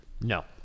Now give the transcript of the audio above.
No